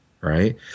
Right